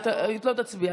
אתה לא תצביע.